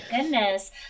goodness